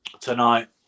tonight